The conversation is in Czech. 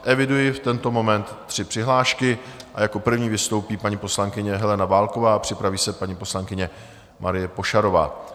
Eviduji v tento moment tři přihlášky a jako první vystoupí paní poslankyně Helena Válková a připraví se paní poslankyně Marie Pošarová.